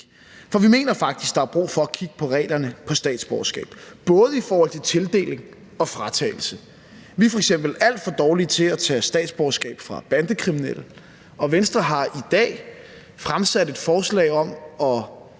Vi mener faktisk, at der er brug for at kigge på reglerne for statsborgerskab, både i forhold til tildeling og fratagelse. Vi er f.eks. alt for dårlige til at tage statsborgerskab fra bandekriminelle, og Venstre har i dag fremsat et forslag om at